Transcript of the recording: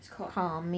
it's called